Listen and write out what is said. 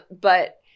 But-